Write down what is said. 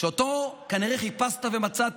שאותו כנראה חיפשת ומצאת,